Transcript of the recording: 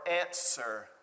answer